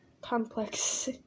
Complex